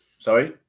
Sorry